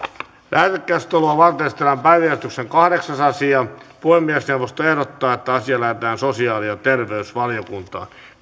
lähetekeskustelua varten esitellään päiväjärjestyksen kahdeksas asia puhemiesneuvosto ehdottaa että asia lähetetään sosiaali ja terveysvaliokuntaan